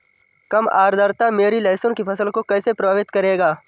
कम आर्द्रता मेरी लहसुन की फसल को कैसे प्रभावित करेगा?